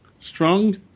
strong